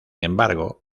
embargo